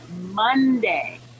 Monday